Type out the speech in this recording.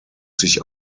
sich